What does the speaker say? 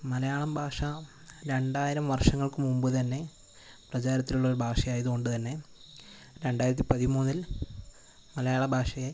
മലയാളം ഭാഷ രണ്ടായിരം വർഷങ്ങൾക്ക് മുമ്പ് തന്നെ പ്രചാരണത്തിലുള്ള ഒരു ഭാഷയായതുകൊണ്ട് തന്നെ രണ്ടായിരത്തി പതിമൂന്നിൽ മലയാള ഭാഷയെ